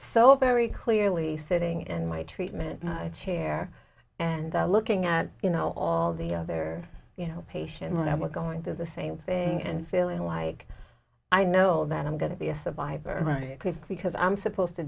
so very clearly sitting in my treatment chair and looking at you know all the other patients when i was going through the same thing and feeling like i know that i'm going to be a survivor right quick because i'm supposed to